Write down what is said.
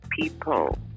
people